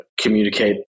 communicate